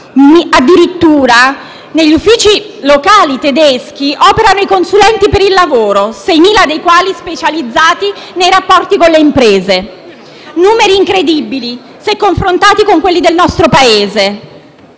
Addirittura negli uffici locali tedeschi operano i consulenti per il lavoro, 6.000 dei quali specializzati nei rapporti con le imprese: numeri incredibili se confrontati con quelli del nostro Paese,